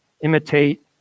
imitate